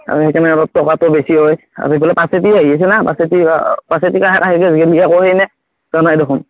আৰু সেইকাৰণে অলপ টকাটো বেছি হয় আৰু সেইফালে আহি আছে নহয় জানাই দেখোন